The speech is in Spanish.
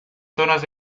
zonas